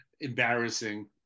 embarrassing